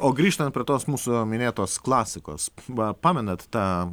o grįžtant prie tos mūsų jau minėtos klasikos va pamenat tą